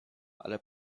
ale